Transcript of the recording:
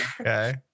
okay